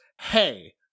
Hey